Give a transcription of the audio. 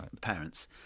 parents